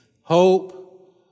hope